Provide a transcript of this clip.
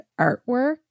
artwork